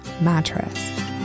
mattress